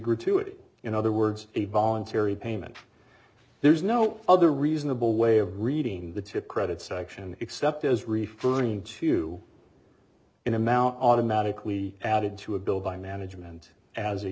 to it in other words a voluntary payment there's no other reasonable way of reading the tip credit section except as referring to in amount automatically added to a bill by management as a